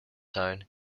town